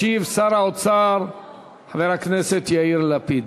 ישיב שר האוצר חבר הכנסת יאיר לפיד.